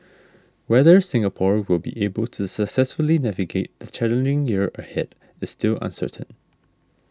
whether Singapore will be able to successfully navigate the challenging year ahead is still uncertain